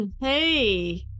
Hey